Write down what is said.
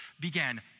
began